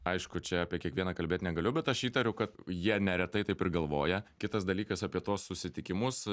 aišku čia apie kiekvieną kalbėt negaliu bet aš įtariu kad jie neretai taip ir galvoja kitas dalykas apie tuos susitikimus